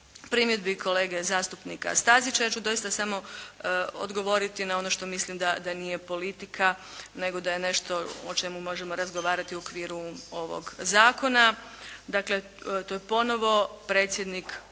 primjedbi kolege zastupnika Stazića ja ću doista samo odgovoriti na ono što mislim da nije politika, nego da je nešto o čemu možemo razgovarati u okviru ovog zakona. Dakle, to je ponovo predsjednik